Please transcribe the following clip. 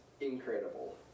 incredible